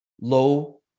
low